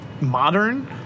modern